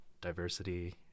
diversity